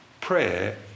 Prayer